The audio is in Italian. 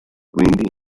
quindi